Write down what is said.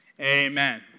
Amen